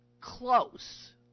close